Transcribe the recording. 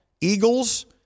Eagles